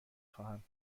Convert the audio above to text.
خواهم